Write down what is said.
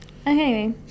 Okay